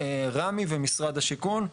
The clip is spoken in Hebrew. רמ"י ומשרד השיכון,